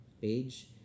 page